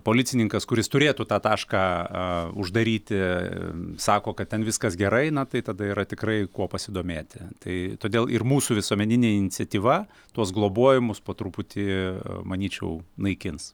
policininkas kuris turėtų tą tašką uždaryti sako kad ten viskas gerai na tai tada yra tikrai kuo pasidomėti tai todėl ir mūsų visuomeninė iniciatyva tuos globojamus po truputį manyčiau naikins